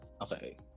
okay